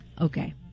Okay